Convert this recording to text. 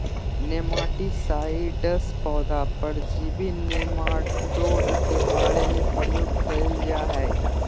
nematicides पौधा परजीवी nematode के मारे ले प्रयोग कयल जा हइ